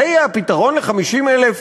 זה יהיה הפתרון ל-50,000